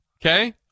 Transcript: okay